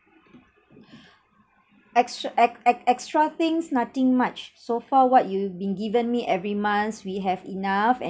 extra ex~ ex~ extra things nothing much so far what you've been given me every months we have enough